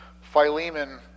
Philemon